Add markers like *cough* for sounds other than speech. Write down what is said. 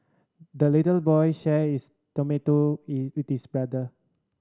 the little boy shared his tomato *unintelligible* with his brother